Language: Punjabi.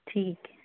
ਠੀਕ ਹੈ